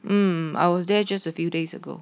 um I was there just a few days ago